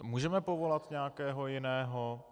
Můžeme povolat nějakého jiného?